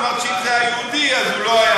אבל אמרת שאם זה היה יהודי הוא לא היה,